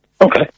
Okay